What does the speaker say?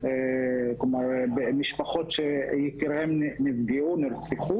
משפחות שיקיריהן נפגעו נרצחו.